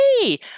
Hey